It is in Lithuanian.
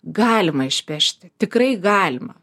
galima išpešti tikrai galima